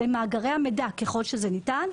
למאגרי המידע ככל שזה ניתן,